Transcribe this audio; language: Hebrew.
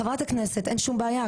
חברת הכנסת, אין שום בעיה.